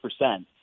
percent